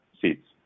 seats